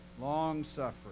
Long-suffering